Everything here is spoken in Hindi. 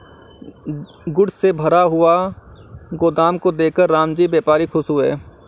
गुड्स से भरा हुआ गोदाम को देखकर रामजी व्यापारी खुश हुए